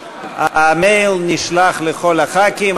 המייל נשלח לכל חברי הכנסת.